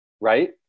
right